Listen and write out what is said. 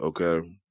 Okay